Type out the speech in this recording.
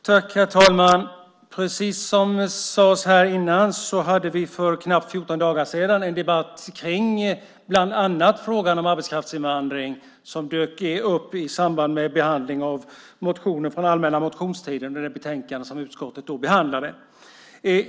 Herr talman! Som det sades tidigare hade vi för knappt 14 dagar sedan en debatt om bland annat arbetskraftsinvandring. Den dök upp i samband med behandlingen av motioner från den allmänna motionstiden och det betänkande som utskottet då behandlade.